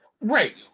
right